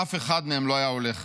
אף אחד מהם לא היה הולך.